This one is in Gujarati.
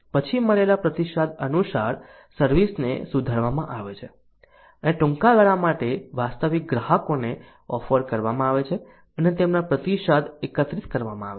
પછી મેળવેલા પ્રતિસાદ અનુસાર સર્વિસ ને સુધારવામાં આવે છે અને ટૂંકા ગાળા માટે વાસ્તવિક ગ્રાહકોને ઓફર કરવામાં આવે છે અને તેમના પ્રતિસાદ એકત્રિત કરવામાં આવે છે